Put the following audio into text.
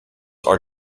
are